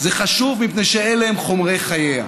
זה חשוב מפני שאלה חומרי חייה,